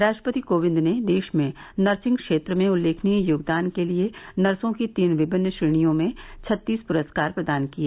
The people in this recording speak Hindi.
राष्ट्रपति कोविंद ने देश में नर्सिंग क्षेत्र में उल्लेखनीय योगदान के लिए नर्सो की तीन विभिन्न श्रेणियों में छत्तीस पुरस्कार प्रदान किए